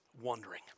wondering